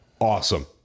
awesome